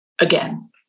Again